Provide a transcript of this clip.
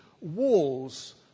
walls